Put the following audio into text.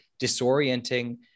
disorienting